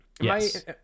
Yes